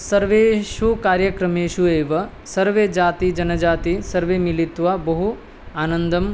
सर्वेषु कार्यक्रमेषु एव सर्वे जातिः जनजातिः सर्वे मिलित्वा बहु आनन्दं